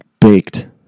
baked